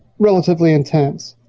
relatively intense.